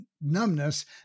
numbness